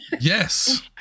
Yes